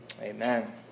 Amen